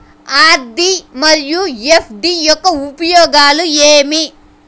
RD మరియు FD యొక్క ఉపయోగాలు ఏమి?